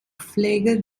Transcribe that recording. pflege